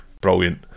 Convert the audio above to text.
brilliant